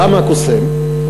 למה קוסם?